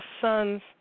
son's